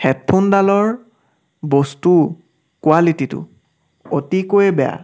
হেডফোনডালৰ বস্তু কোৱালিটিটো অতিকৈ বেয়া